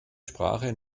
sprache